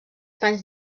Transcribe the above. panys